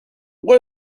what